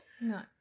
No